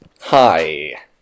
Hi